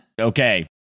Okay